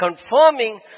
confirming